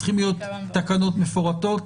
צריכות להיות תקנות מפורטות,